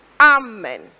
Amen